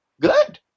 good